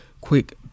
quick